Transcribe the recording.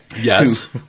Yes